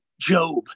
Job